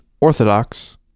orthodox